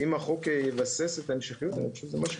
אם החוק יבסס את ההמשכיות אני חושב שזה מה שחשוב.